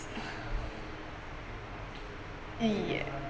ya